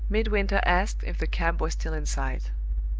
midwinter asked if the cab was still in sight.